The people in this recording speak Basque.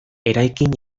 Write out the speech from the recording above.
eraikin